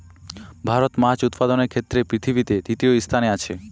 ভারত মাছ উৎপাদনের ক্ষেত্রে পৃথিবীতে তৃতীয় স্থানে আছে